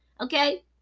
Okay